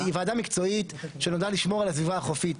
היא ועדה מקצועית שנועדה לשמור על הסביבה החופית.